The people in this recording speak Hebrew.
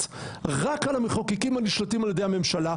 רק על המחוקקים הנשלטים על ידי הממשלה,